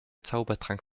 zaubertrank